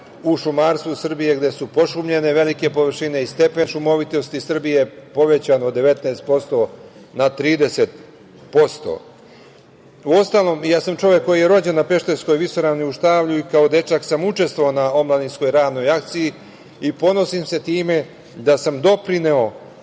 u šumarstvu Srbije, gde su pošumljene velike površine i stepen šumovitosti Srbije povećan sa 19% na 30%.Uostalom, ja sam čovek koji je rođen na Pešterskoj visoravni, u Štavlju, i kao dečak sam učestvovao na omladinskoj radnog akciji. Ponosim se time da sam doprineo